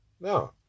No